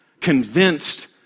convinced